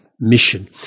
mission